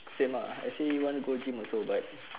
same ah I see you want to go gym also but